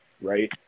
right